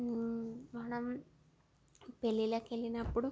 మనం పెళ్లిళ్ళకు వెళ్ళినప్పుడు